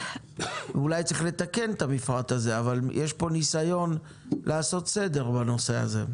אולי צריך לתקן את המפרט הזה אבל יש פה ניסיון לעשות סדר בנושא הזה.